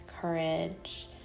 courage